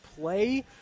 play